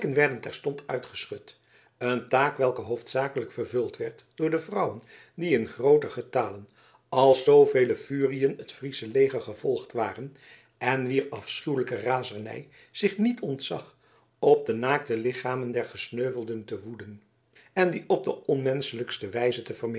werden terstond uitgeschud een taak welke hoofdzakelijk vervuld werd door de vrouwen die in grooten getale als zoovele furiën het friesche leger gevolgd waren en wier afschuwelijke razernij zich niet ontzag op de naakte lichamen der gesneuvelden te woeden en die op de onmenschelijkste wijze te